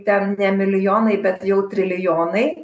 ten ne milijonai bet jau trilijonai